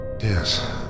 Yes